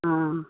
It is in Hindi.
हाँ